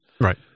Right